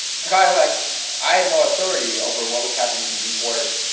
it's kind of like i had no authority over what was happening in deep waters